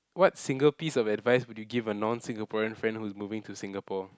what single piece of advice would you give a non Singaporean friend who is moving to Singapore